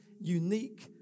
unique